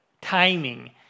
timing